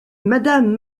madame